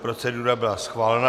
Procedura byla schválena.